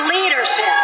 leadership